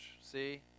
See